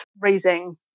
raising